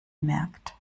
bemerkt